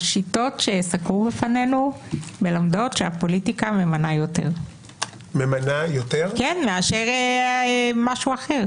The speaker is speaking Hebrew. השיטות שסקרו בפנינו מלמדות שהפוליטיקה ממנה יותר מאשר משהו אחר?